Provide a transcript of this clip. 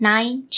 Nine